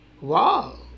wow